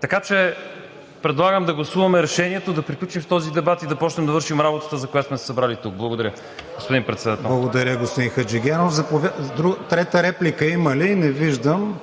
Така че предлагам да гласуваме решението, да приключим с този дебат и да започнем да вършим работата, за която сме се събрали тук. Благодаря, господин Председател. ПРЕДСЕДАТЕЛ КРИСТИАН ВИГЕНИН: Благодаря, господин Хаджигенов. Трета реплика има ли? Не виждам.